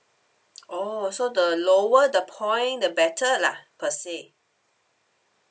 orh so the lower the point the better lah per se